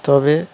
তবে